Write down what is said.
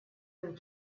and